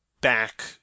back